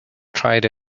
tried